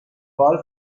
golf